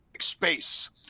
Space